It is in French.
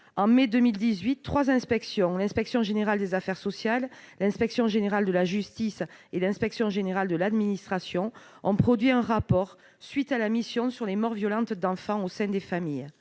En mai 2018, l'Inspection générale des affaires sociales, l'Inspection générale de la justice et l'Inspection générale de l'administration ont produit un rapport faisant suite à la mission sur les morts violentes d'enfants au sein des familles.